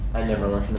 i never